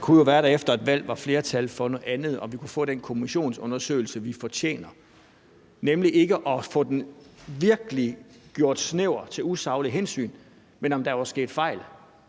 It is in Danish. Det kunne jo være, at der efter et valg var flertal for noget andet, og at vi kunne få den kommissionsundersøgelse, vi fortjener, nemlig at vi ikke får den gjort virkelig snæver i forhold til at handle om usaglige hensyn, men om der også var sket fejl.